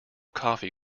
coffee